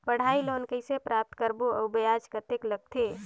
पढ़ाई लोन कइसे प्राप्त करबो अउ ब्याज कतेक लगथे?